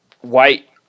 white